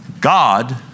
God